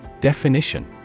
Definition